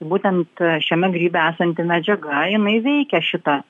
būtent šiame grybe esanti medžiaga jinai veikia šitą